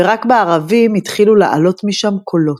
ורק בערבים התחילו לעלות משם קולות.